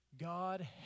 God